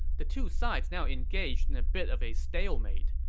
the two sides now engaged in a bit of a stalemate.